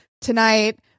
tonight